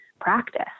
practice